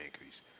increase